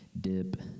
dip